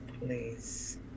please